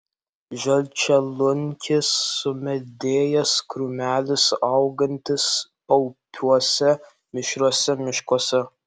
žalčialunkis sumedėjęs krūmelis augantis paupiuose mišriuose miškuose